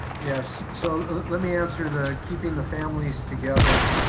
yes, so let me answer the, keeping the families together